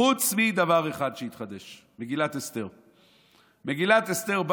חוץ מדבר אחד שהתחדש, מגילת אסתר.